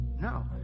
no